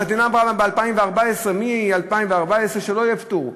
המדינה אמרה להם ב-2014, מ-2014, שלא יהיה פטור.